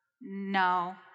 no